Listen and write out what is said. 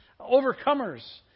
overcomers